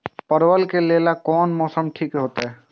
परवल के लेल कोन मौसम ठीक होते?